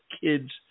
kids